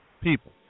people